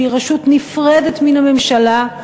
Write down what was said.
שהיא רשות נפרדת מהממשלה,